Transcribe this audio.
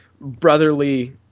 brotherly